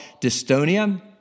dystonia